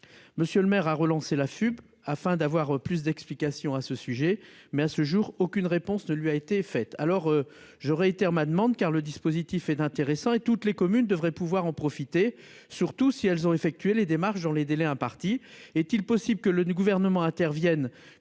Monsieur le maire a relancé l'AFUB afin d'avoir plus d'explications à ce sujet, mais à ce jour, aucune réponse ne lui a été fait. Alors je réitère ma demande car le dispositif est intéressant et toutes les communes devraient pouvoir en profiter, surtout si elles ont effectué les démarches dans les délais impartis. Est-il possible que le gouvernement intervienne